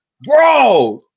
Bro